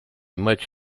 much